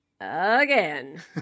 again